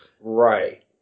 Right